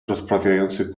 rozprawiających